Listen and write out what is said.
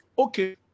okay